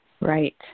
Right